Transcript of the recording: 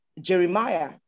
jeremiah